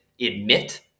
admit